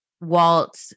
Walt